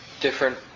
different